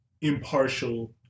impartial